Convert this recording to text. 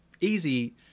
easy